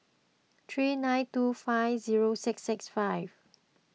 three nine two five zero six six five